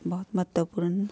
ਬਹੁਤ ਮਹੱਤਵਪੂਰਨ